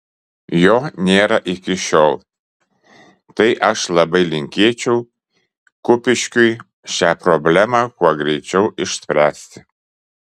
jo nėra iki šiol tai aš labai linkėčiau kupiškiui šią problemą kuo greičiau išspręsti